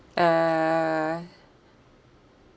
uh